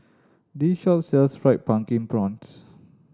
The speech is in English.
this shop sells Fried Pumpkin Prawns